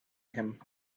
him